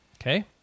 Okay